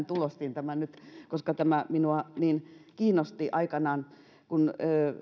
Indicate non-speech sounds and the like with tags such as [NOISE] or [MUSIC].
[UNINTELLIGIBLE] tulostin tämän nyt koska tämä minua niin kiinnosti aikanaan kun